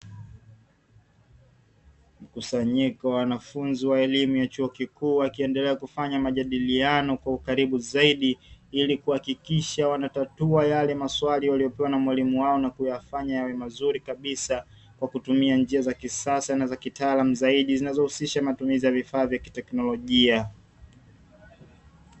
Mkusanyikowa wanafunzi wa elimu ya chuo kikuu wakiendelea kufanya majadiliano kwa ukaribu zaidi ili kuhakikisha wanatatua yale maswali walio pewa na mwalimu wao, nakuyafanya yawe mazuri kabisa kwa kutumia njia za kisasa na za kitaalamu zaidi, Zinazohusisha matumizi ya vifaa vya kiteknolojia